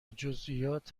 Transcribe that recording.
جزییات